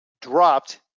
dropped